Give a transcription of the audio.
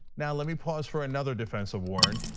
now let me pause for another defense of warren.